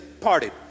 partied